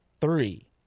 three